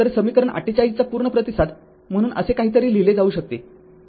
तर समीकरण ४८ चा पूर्ण प्रतिसाद म्हणून असे काहीतरी लिहिले जाऊ शकते